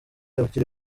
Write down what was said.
abakiri